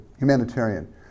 humanitarian